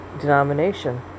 denomination